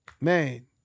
man